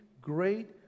great